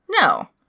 no